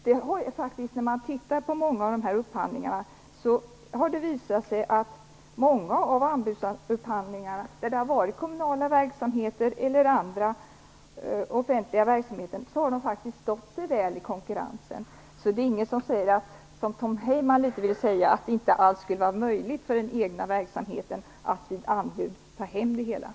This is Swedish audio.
Det har när man sett på dessa upphandlingar faktiskt visat sig att att kommunala eller andra offentliga verksamheter har stått sig väl i konkurrensen. Det är dock inget som säger, som Tom Heyman ville antyda, att det inte alls skulle vara möjligt för den enskilde att få ett anbud antaget.